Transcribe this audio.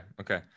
okay